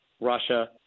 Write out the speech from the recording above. Russia